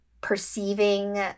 perceiving